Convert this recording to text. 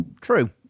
True